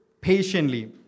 patiently